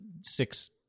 six